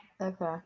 Okay